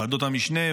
ועדות המשנה,